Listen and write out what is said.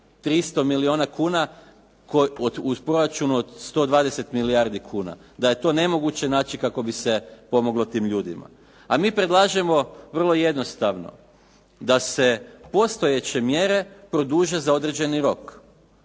300 milijuna kuna uz proračun od 120 milijardi kuna. Da je to nemoguće znači kako bi se pomoglo tim ljudima. A mi predlažemo vrlo jednostavno, da se postojeće mjere produže za određeni rok